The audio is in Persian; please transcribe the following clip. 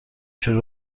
شوره